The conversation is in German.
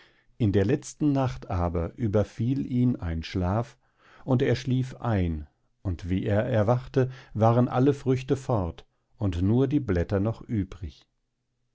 in der letzten nacht aber überfiel ihn ein schlaf und er schlief ein und wie er aufwachte waren alle früchte fort und nur die blätter noch übrig